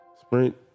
Sprint